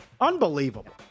Unbelievable